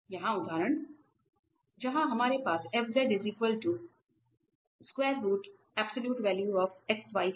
यह उदाहरण जहां हमारे पास है